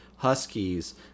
Huskies